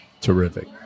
Terrific